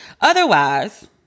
otherwise